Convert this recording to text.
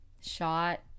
shot